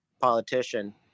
politician